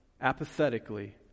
apathetically